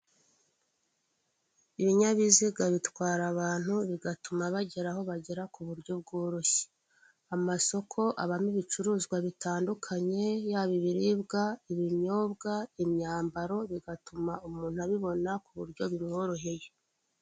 Ibinyabiziga bitwara abantu bigatuma bagera aho bagera ku buryo bworoshye. Amasoko abamo ibicuruzwa bitandukanye yaba ibiribwa, ibinyobwa, imyambaro, bigatuma umuntu abibona ku buryo bumworoheye.